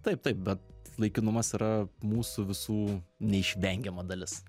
taip taip bet laikinumas yra mūsų visų neišvengiama dalis